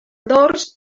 dors